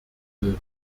will